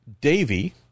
Davy